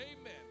amen